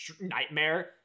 nightmare